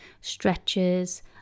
stretches